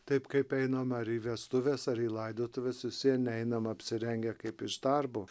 taip kaip einam ar į vestuves ar į laidotuves vis vien neinam apsirengę kaip iš darbo